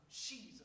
Jesus